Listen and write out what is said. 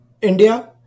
India